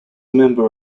member